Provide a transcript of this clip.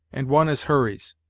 and one is hurry's.